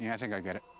yeah i think i get it.